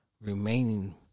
Remaining